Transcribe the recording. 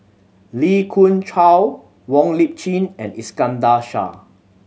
Lee Khoon Choy Wong Lip Chin and Iskandar Shah